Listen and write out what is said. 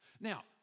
Now